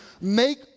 make